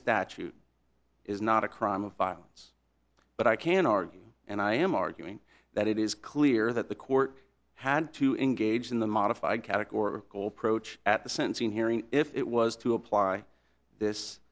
statute is not a crime of violence but i can argue and i am arguing that it is clear that the court had to engage in the modified categorical at the sentencing hearing if it was to apply this